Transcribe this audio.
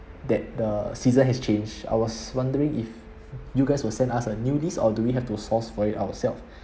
that the season has change I was wondering if you guys will send us a new list or do we have to source for it ourselves